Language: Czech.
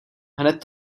hned